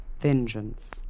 Vengeance